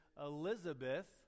Elizabeth